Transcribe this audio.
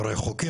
הרי החוקים,